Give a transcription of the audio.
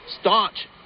staunch